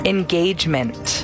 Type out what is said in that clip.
Engagement